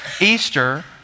Easter